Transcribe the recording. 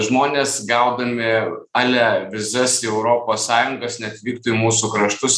žmonės gaudami ale vizas į europos sąjungas neatvyktų į mūsų kraštus